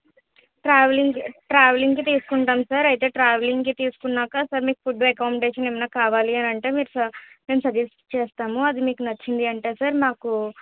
travelling ట్రావెలింగ్కి తీసుకుంటాం sir అయితే ట్రావెలింగ్కి తీసుకున్నాకా సార్ మీకు ఫుడ్ అకామిడేషన్ ఏమన్నా కావాలి అని అంటే మీరు స మేము సజెస్ట్ చేస్తాము అది మీకు నచ్చింది అంటే సార్ మాకు